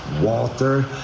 Walter